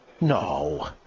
No